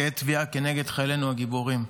כעד תביעה נגד חיילינו הגיבורים.